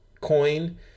coin